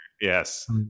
Yes